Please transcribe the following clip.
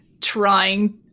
trying